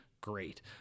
great